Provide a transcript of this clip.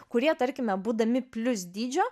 kurie tarkime būdami plius dydžio